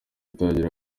itangira